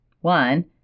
One